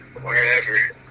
wherever